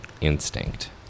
instinct